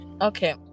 Okay